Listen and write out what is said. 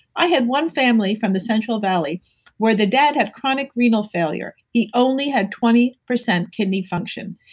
i had one family from the central valley where the dad had chronic renal failure. he only had twenty percent kidney function.